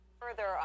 further